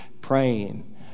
praying